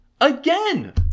Again